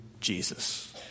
Jesus